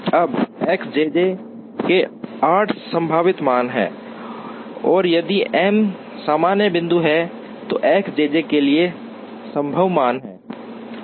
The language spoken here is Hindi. अब X jj के 8 संभावित मान हैं और यदि M सामान्य बिंदु हैं तो X j j के लिए संभव मान हैं